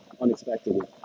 Unexpectedly